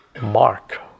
mark